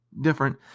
different